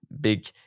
big